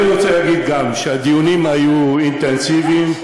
אני רוצה להגיד שהדיונים היו אינטנסיביים,